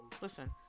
listen